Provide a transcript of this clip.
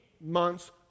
months